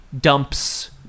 dumps